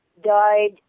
died